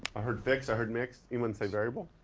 i heard fixed, i heard mixed anyone say variable?